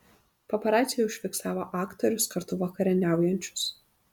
paparaciai užfiksavo aktorius kartu vakarieniaujančius